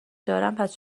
دارن، پس